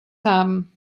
haben